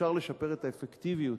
אפשר לשפר את האפקטיביות.